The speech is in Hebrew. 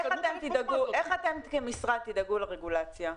איך אתם כמשרד תדאגו לרגולציה?